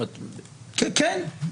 כן.